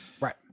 right